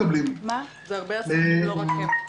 זה הרבה עסקים לא רק הם,